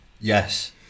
Yes